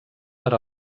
per